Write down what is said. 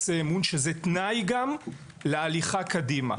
זה תנאי גם להליכה קדימה.